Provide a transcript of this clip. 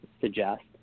suggest